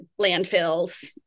landfills